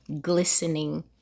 glistening